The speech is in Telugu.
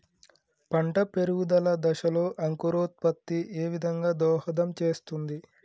పంట పెరుగుదల దశలో అంకురోత్ఫత్తి ఏ విధంగా దోహదం చేస్తుంది?